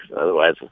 otherwise